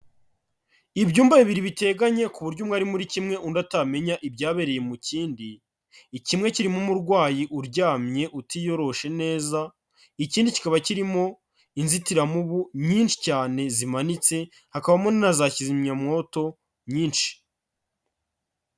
Ibyumba bibiri biteganye ku buryo umwe ari muri kimwe undi atamenya ibyabereye mu kindi, kimwe kirimo umurwayi uryamye utiyoroshe neza, ikindi kikaba kirimo inzitiramubu nyinshi cyane zimanitse, hakabamo na za kizimyamwoto nyinshi.